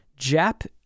jap